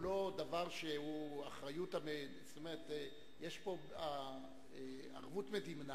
הוא לא דבר שהוא אחריות, כלומר יש פה ערבות מדינה